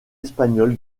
espagnol